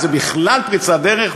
זה בכלל פריצת דרך,